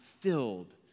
filled